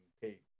pay